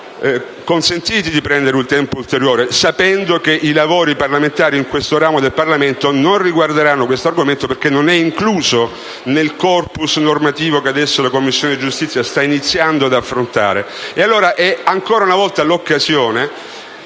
consentito di prendere ulteriore tempo, sapendo che i lavori parlamentari in questo ramo del Parlamento non riguarderanno questo argomento, perché non è incluso nel*corpus* normativo che la Commissione giustizia sta iniziando ad affrontare. Questa potrebbe allora, ancora una volta, essere